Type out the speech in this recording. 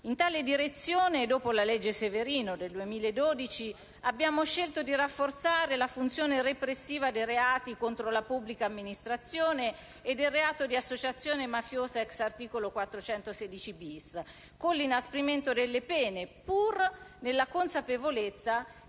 In tale direzione, e dopo la legge Severino del 2012, abbiamo scelto di rafforzare la funzione repressiva dei reati contro la pubblica amministrazione e del reato di associazione mafiosa *ex* articolo 416-*bis*, con l'inasprimento delle pene, pur nella consapevolezza